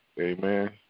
Amen